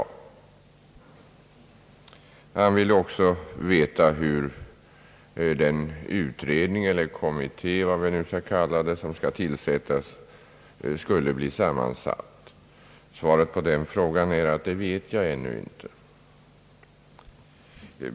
Herr Dahlén ville också veta sammansättningen av den utredning eller kommitté som skall tillsättas. Svaret på den frågan är: Det vet jag ännu inte.